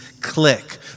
click